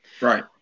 right